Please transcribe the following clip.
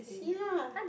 see lah